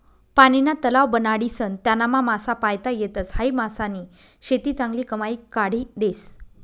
पानीना तलाव बनाडीसन त्यानामा मासा पायता येतस, हायी मासानी शेती चांगली कमाई काढी देस